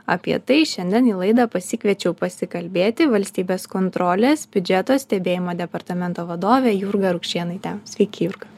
apie tai šiandien į laidą pasikviečiau pasikalbėti valstybės kontrolės biudžeto stebėjimo departamento vadovę jurgą rukšėnaitę sveiki jurga